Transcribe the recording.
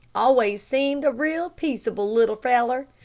always seemed a real peaceable little feller.